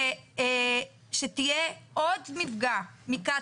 שיהיה עוד מפגע מקצא"א,